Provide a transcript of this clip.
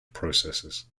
processors